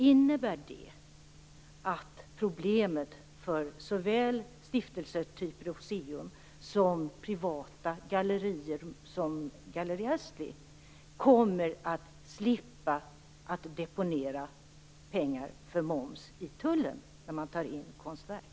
Innebär det att såväl stiftelser, typ Rooseum, som privata gallerier som Galleri Astley kommer att slippa deponera pengar för moms i tullen när de tar in konstverk?